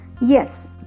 Yes